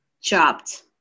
Chopped